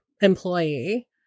employee